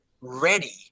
ready